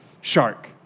shark